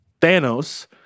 Thanos